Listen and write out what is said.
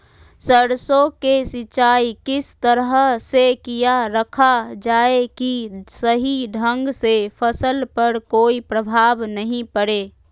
सरसों के सिंचाई किस तरह से किया रखा जाए कि सही ढंग से फसल पर कोई प्रभाव नहीं पड़े?